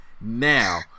now